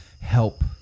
help